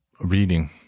Reading